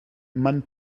man